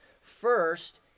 First